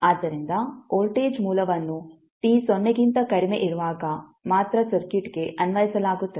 ಆದ್ದರಿಂದ ವೋಲ್ಟೇಜ್ ಮೂಲವನ್ನು t ಸೊನ್ನೆಗಿಂತ ಕಡಿಮೆ ಇರುವಾಗ ಮಾತ್ರ ಸರ್ಕ್ಯೂಟ್ಗೆ ಅನ್ವಯಿಸಲಾಗುತ್ತದೆ